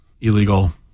illegal